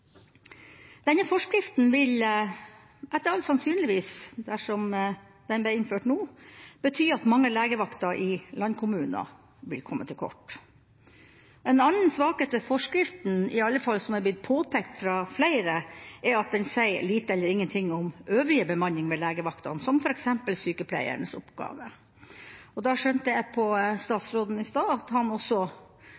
Denne forskriften vil etter all sannsynlighet, dersom den ble innført nå, bety at mange legevakter i landkommuner vil komme til kort. En annen svakhet ved forskriften, som i alle fall er blitt påpekt fra flere, er at den sier lite eller ingenting om øvrig bemanning ved legevaktene, som f.eks. sykepleiernes oppgaver. Jeg skjønte på statsråden i stad at han også